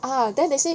ah then they say